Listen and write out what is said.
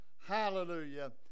Hallelujah